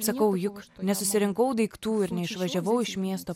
sakau juk nesusirinkau daiktų ir neišvažiavau iš miesto